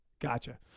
Gotcha